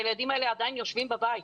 הילדים האלה עדיין יושבים בבית.